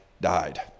died